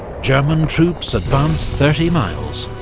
german troops advance thirty miles,